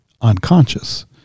unconscious